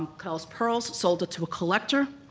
klaus perls sold it to a collector,